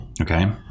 Okay